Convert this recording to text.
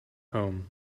home